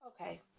Okay